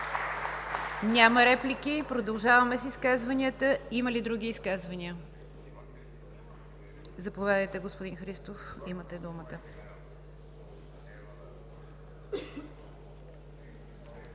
Няма реплики. Продължаваме с изказванията – има ли други изказвания? Заповядайте, господин Христов, имате думата.